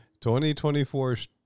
2024